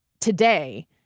today